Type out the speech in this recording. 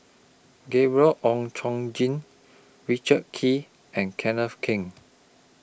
Gabriel Oon Chong Jin Richard Kee and Kenneth Keng